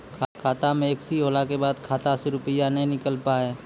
खाता मे एकशी होला के बाद खाता से रुपिया ने निकल पाए?